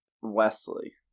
Wesley